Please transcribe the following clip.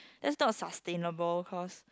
that's not sustainable cause